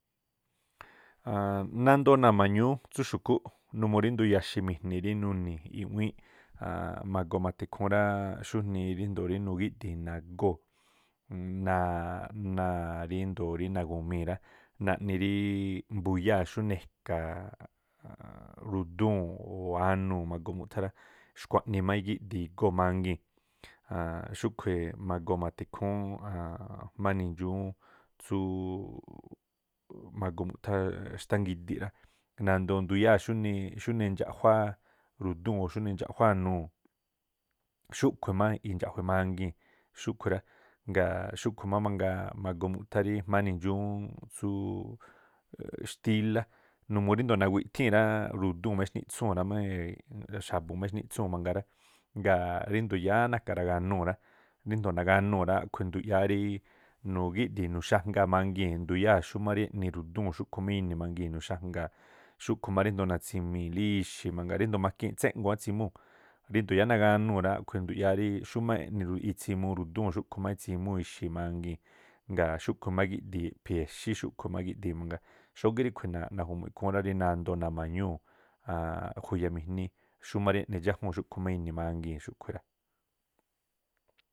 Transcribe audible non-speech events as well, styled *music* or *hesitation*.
Aan, nandoo nama̱ñúú tsú xu̱kúꞌ numuu rí nduya̱xi̱mi̱jni̱ rí nuni̱ i̱ꞌwíínꞌ, a̱a̱nꞌ ma̱goo ma̱tha ikhúún rá xujnii ríndoo̱ nugíꞌdii̱ nagóo̱ *hesitation* ríndoo̱ rí nagu̱mii̱ rá naꞌni rí mbuyáa̱ xúnii e̱ka̱ rúdúu̱n o̱ anuu̱ magoo mu̱ꞌthá rá, xkuaꞌnii má igíꞌdii̱ igóo̱ mangii̱n. Xúꞌkhui̱ ma̱goo ma̱tha ikhúún jma̱a nindxuun tsúú ma̱goo muꞌthá xtángidiꞌ rá, nandoo nduyáa̱ xúnii indxaꞌjuá ru̱dúu̱n o̱ xúnii indxaꞌjuá anuu̱, xúꞌkhui̱ má indxa̱ꞌjue̱ mangii̱n. Ngaa̱ xúꞌkhui̱ má mangaa ma̱goo muꞌthá rí jmaá nindxuun tsúú xtílá numuu rí ru̱dúu̱n má ixnitsúu̱n rameey xa̱bu̱ má ixnitsúu̱n mangaa rá. Ngaa̱ ríndoo̱ yáá na̱ka̱ raganuu̱ rá, ríndoo̱ raganuu̱ rá a̱ꞌkhui̱ nduꞌyáá rií nugíꞌdii̱ nuxangaa̱ mangii̱n nduyáa̱ xúmá eꞌni ru̱dúu̱n xúꞌkhu̱ má ini̱ mangii̱n nuxangaa̱, xúꞌkhu̱ má ríndoo̱ natsimi̱lí ixi̱ mangaa, ríndoo̱ makii̱n tséꞌnguu̱n átsimúu̱, rído̱o yáá naganuu̱ rá, aꞌkhui̱ nduyáá rí xumá *hesitation* itsimuu ru̱dúu̱n xúꞌkhu̱ má itsimuu̱ ixi̱ mangii̱n. Ngaa̱ xúꞌkhu̱ má igi̱ꞌdii̱ iꞌphi̱ exí, xúꞌkhu̱ má igi̱ꞌdii̱ mangaa. Xógíꞌ ríꞌkhui̱ naju̱mu̱ꞌ ikhúún rí nandoo namañúu̱ a̱a̱a̱nꞌ juyamijní xúmá rí eꞌni dxájúu̱n xúꞌkhu̱ má ini̱ mangii̱n xú́ꞌkhui̱ rá.